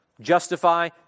Justify